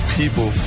people